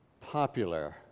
popular